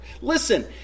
Listen